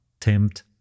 tempt